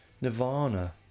Nirvana